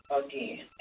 again